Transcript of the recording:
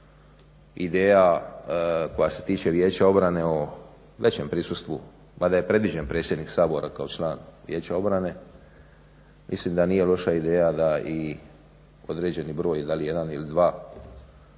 ideja koja se tiče Vijeća obrane o većem prisustvu, mada je predviđen predsjednik Sabora kao član Vijeća obrane mislim da nije loša ideja da i određeni broj, da li jedan ili dva